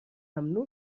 ممنوع